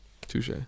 Touche